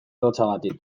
lotsagatik